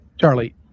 Charlie